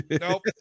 Nope